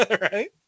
right